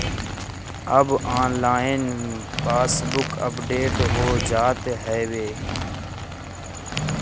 अब online passbook update हो जात हवे